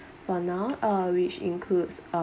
for now uh which includes